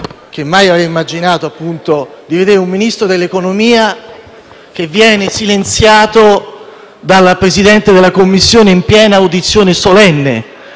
cui mai avrei pensato di assistere - di un Ministro dell'economia che viene silenziato dal Presidente della Commissione in piena audizione solenne: